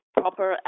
proper